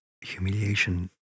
humiliation